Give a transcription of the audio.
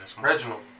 Reginald